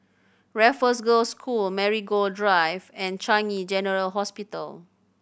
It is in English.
Raffles Girls' School Marigold Drive and Changi General Hospital